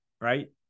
right